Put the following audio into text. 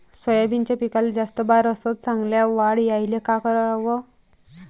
सोयाबीनच्या पिकाले जास्त बार अस चांगल्या वाढ यायले का कराव?